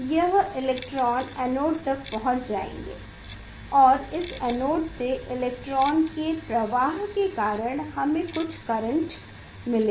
यह electron anode तक पहुंच जायेंगे और इस एनोड से इलेक्ट्रॉनों के प्रवाह के कारण हमें कुछ करंट मिलेगा